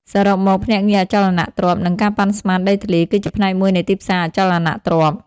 សរុបមក ភ្នាក់ងារអចលនទ្រព្យ និងការប៉ាន់ស្មានដីធ្លី គឺជាផ្នែកមួយនៃទីផ្សារអចលនទ្រព្យ។